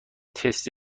تست